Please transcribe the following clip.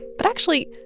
but actually,